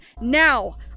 Now